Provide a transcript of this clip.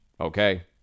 okay